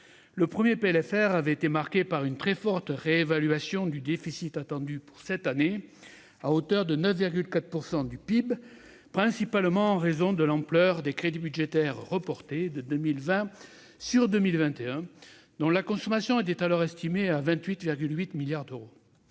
rectificative a été marqué par une très forte réévaluation du déficit attendu pour cette année, à hauteur de 9,4 % du PIB, principalement en raison de l'ampleur des crédits budgétaires reportés de 2020 sur 2021, dont la consommation était alors estimée à 28,8 milliards d'euros.